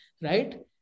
Right